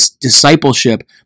discipleship